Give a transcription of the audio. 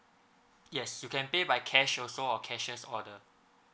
yes you can pay by cash also or cashiers order